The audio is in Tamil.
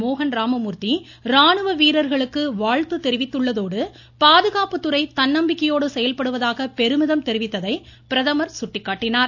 மோகன் ராமமூர்த்தி ராணுவ வீரர்களுக்கு வாழ்த்து தெரிவித்துள்ளதோடு பாதுகாப்பு துறை தன்னம்பிக்கையோடு செயல்படுவதாக பெருமிதம் தெரிவித்ததை பிரதமர் சுட்டிக்காட்டினார்